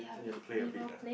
then you'll play a bit ah